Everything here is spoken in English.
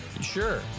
Sure